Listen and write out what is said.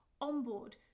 onboard